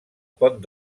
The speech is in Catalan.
pont